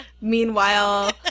Meanwhile